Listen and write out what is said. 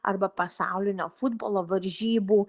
arba pasaulinio futbolo varžybų